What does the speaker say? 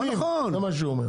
זה נכון